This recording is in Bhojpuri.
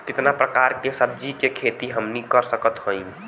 कितना प्रकार के सब्जी के खेती हमनी कर सकत हई?